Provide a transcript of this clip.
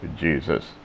Jesus